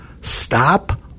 Stop